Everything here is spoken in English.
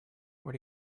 are